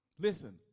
Listen